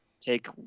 take